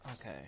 Okay